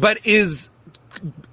but is